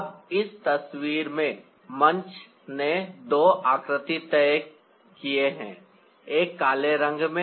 अब इस तस्वीर में मुंच ने दो आकृति तय किए हैं एक काले रंग में